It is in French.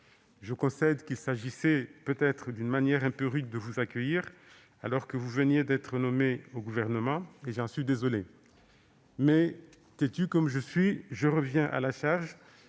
Je concède qu'il s'agissait peut-être d'une manière un peu rude de vous accueillir, alors que vous veniez d'être nommé au Gouvernement, et j'en suis désolé. Mais, têtu comme je suis, je reviens à la charge